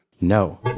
No